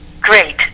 great